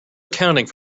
accounting